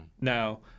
Now